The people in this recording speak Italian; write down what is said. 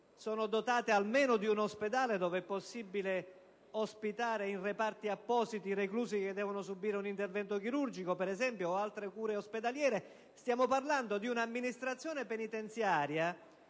sono dotate di almeno un ospedale ove sia possibile ospitare, in reparti appositi, reclusi che devono subire un intervento chirurgico o effettuare altre cure ospedaliere. Stiamo parlando di un'Amministrazione penitenziaria